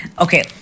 Okay